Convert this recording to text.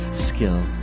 Skill